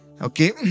Okay